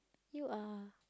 you are